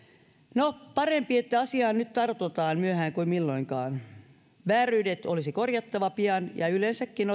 no parempi että asiaan nyt tartutaan parempi myöhään kuin ei milloinkaan vääryydet olisi korjattava pian ja yleensäkin